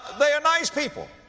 they are nice people.